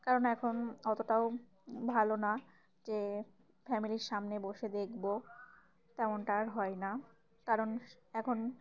কারণ এখন অতটাও ভালো না যে ফ্যামিলির সামনে বসে দেখব তেমনটা আর হয় না কারণ এখন